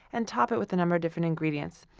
and top it with a number of different ingredients.